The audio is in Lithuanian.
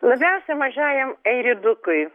labiausia mažajam airidukui